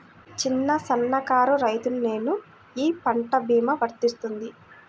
చిన్న సన్న కారు రైతును నేను ఈ పంట భీమా వర్తిస్తుంది?